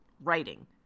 writing